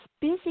busy